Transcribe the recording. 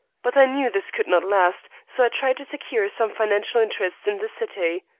but i knew this could not last, so i tried to secure some financial interests in the city.